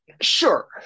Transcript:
Sure